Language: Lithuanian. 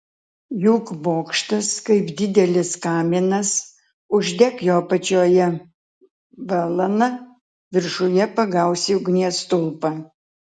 juk bokštas kaip didelis kaminas uždek jo apačioje balaną viršuje pagausi ugnies stulpą